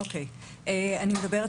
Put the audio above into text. אני מדברת